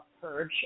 purge